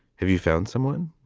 have you found someone?